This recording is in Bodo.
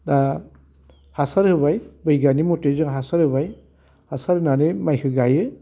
दा हासार होबाय बैगानिक मथे जों हासार होबाय हासार होनानै माइखो गाइयो